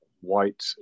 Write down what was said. white